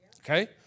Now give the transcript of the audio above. okay